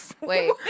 Wait